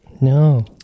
No